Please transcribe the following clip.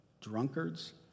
drunkards